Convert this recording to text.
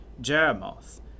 Jeremoth